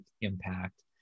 impact